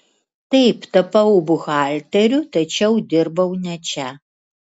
taip tapau buhalteriu tačiau dirbau ne čia